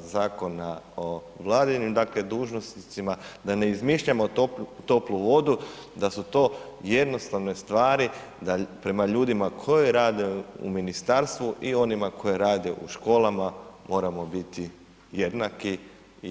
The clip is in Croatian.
Zakona o vladinim dužnosnicima, da ne izmišljamo toplu vodu, da su to jednostavne stvari prema ljudima koji rade u ministarstvu i onima koji rade u školama moramo biti jednaki i pravedni.